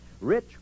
Rich